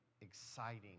exciting